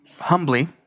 humbly